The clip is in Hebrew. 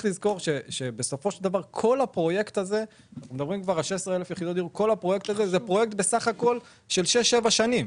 שכל הפרויקט הזה של 16,000 יחידות דיור הוא פרויקט של שש-שבע שנים.